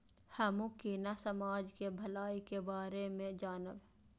हमू केना समाज के भलाई के बारे में जानब?